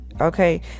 okay